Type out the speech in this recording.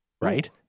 right